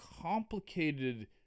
complicated